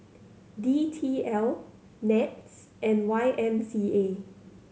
D T L NETS and Y M C A